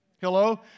Hello